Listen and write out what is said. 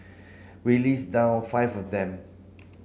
we list down five of them